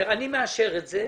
נראה מה נעשה עם זה.